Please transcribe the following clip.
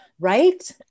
Right